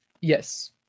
Yes